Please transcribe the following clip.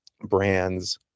brands